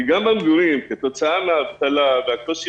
כי גם במגורים כתוצאה מן האבטלה והקושי